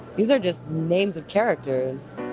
these are just names of characters.